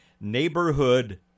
Neighborhood